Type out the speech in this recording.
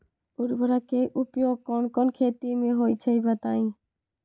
उर्वरक के उपयोग कौन कौन खेती मे होई छई बताई?